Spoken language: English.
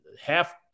half